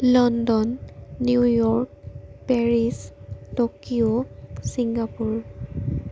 London New York Paris Tokyo Singapore